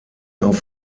auf